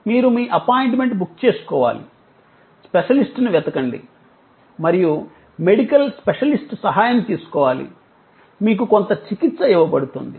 మీరు మీ appointment book చేసుకోవాలి స్పెషలిస్ట్ను వెతకండి మరియు మెడికల్ స్పెషలిస్ట్ సహాయం తీసుకోవాలి మీకు కొంత చికిత్స ఇవ్వబడుతుంది